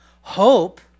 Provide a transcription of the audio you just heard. hope